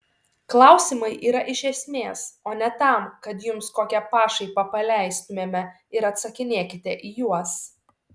klausimai yra iš esmės o ne tam kad jums kokią pašaipą paleistumėme ir atsakinėkite į juos